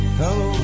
hello